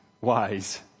wise